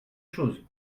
chose